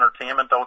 entertainment